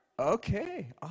Okay